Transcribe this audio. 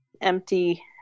empty